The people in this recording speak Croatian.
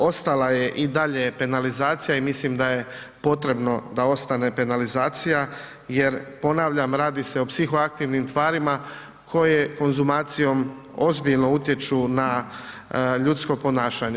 Ostala je i dalje penalizacija i mislim da je potrebno da ostane penalizacija jer ponavljam, radi se o psihoaktivnim tvarima koje konzumacijom ozbiljno utječu na ljudsko ponašanje.